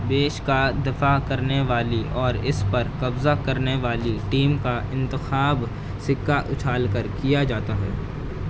بیس کا دفاع کرنے والی اور اس پر قبضہ کرنے والی ٹیم کا انتخاب سکہ اچھال کر کیا جاتا ہے